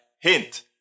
Hint